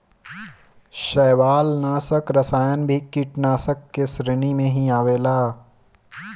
शैवालनाशक रसायन भी कीटनाशाक के श्रेणी में ही आवेला